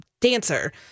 dancer